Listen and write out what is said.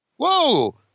Whoa